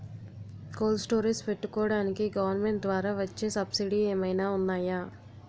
Cold storage పెట్టుకోడానికి government ద్వారా వచ్చే సబ్సిడీ ఏమైనా ఉన్నాయా?